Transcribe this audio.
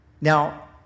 Now